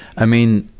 i mean,